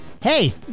hey